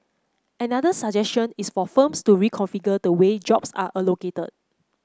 another suggestion is for firms to reconfigure the way jobs are allocated